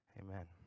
Amen